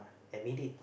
admit it